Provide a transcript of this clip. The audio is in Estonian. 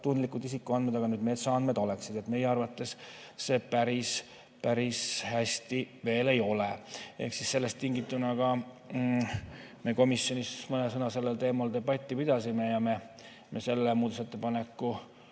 tundlikud isikuandmed, aga nüüd metsaandmed oleksid. Meie arvates see päris hästi veel ei ole. Sellest tingituna me komisjonis mõne sõnaga sellel teemal debatti pidasime ja me selle muudatusettepaneku